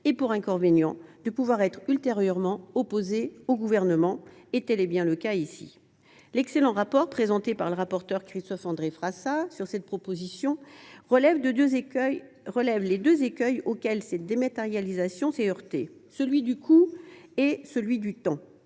et pour inconvénient de pouvoir lui être ultérieurement opposé. Tel aurait sans doute pu être le cas ici. L’excellent rapport présenté par notre collègue Christophe André Frassa sur cette proposition de loi relève les deux écueils auxquels cette dématérialisation s’est heurtée : celui du coût et celui du temps,